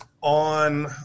on